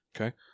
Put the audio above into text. Okay